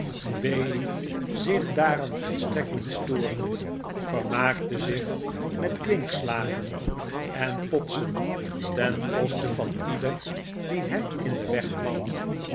bailey zich daaraan volstrekt niet storend vermaakte zich met kwinkslagen en potsen ten koste van ieder die hem in den weg kwam